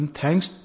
thanks